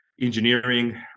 engineering